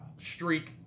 streak